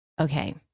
Okay